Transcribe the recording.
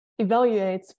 evaluates